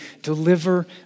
Deliver